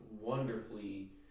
wonderfully